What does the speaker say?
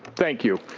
thank you.